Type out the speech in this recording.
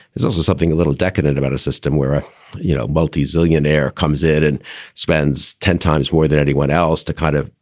also, something a little decadent about a system where a you know multi zillionaire comes in and spends ten times more than anyone else to kind of.